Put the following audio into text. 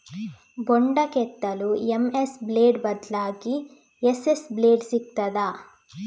ಬೊಂಡ ಕೆತ್ತಲು M S blade ಬದ್ಲಾಗಿ ಎಸ್.ಎಸ್ ಬ್ಲೇಡ್ ಸಿಕ್ತಾದ?